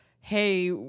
hey